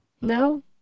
No